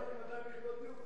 אתה יודע, קונדוליסה רייס וכאלה,